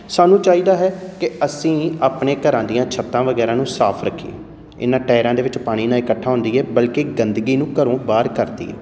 ਸਾਨੂੰ ਚਾਹੀਦਾ ਹੈ ਕਿ ਅਸੀਂ ਆਪਣੇ ਘਰਾਂ ਦੀਆਂ ਛੱਤਾਂ ਵਗੈਰਾ ਨੂੰ ਸਾਫ਼ ਰੱਖੀਏ ਇਹਨਾਂ ਟਾਇਰਾਂ ਦੇ ਵਿੱਚ ਪਾਣੀ ਨਾ ਇਕੱਠਾ ਹੋਣ ਦੇਈਏ ਬਲਕਿ ਗੰਦਗੀ ਨੂੰ ਘਰੋਂ ਬਾਹਰ ਕਰ ਦੇਦੀਏ